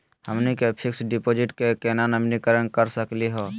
हमनी के fix deposit क केना नवीनीकरण करा सकली हो?